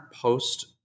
post